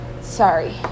Sorry